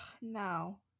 no